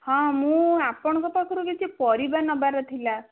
ହଁ ମୁଁ ଆପଣଙ୍କ ପାଖରୁ କିଛି ପରିବା ନେବାର ଥିଲା